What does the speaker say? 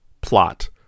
plot